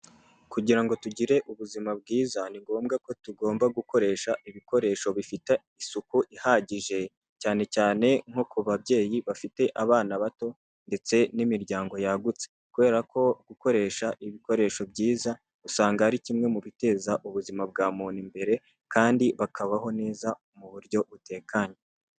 Kugira ngo tugire ubuzima bwiza, ni ngombwa ko tugomba gukoresha ibikoresho bifite isuku ihagije, cyane cyane nko ku babyeyi bafite abana bato ndetse n'imiryango yagutse, kubera ko gukoresha ibikoresho byiza usanga ari kimwe mu biteza ubuzima bwa muntu imbere, kandi bakabaho neza mu buryo butekanye.